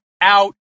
out